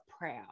proud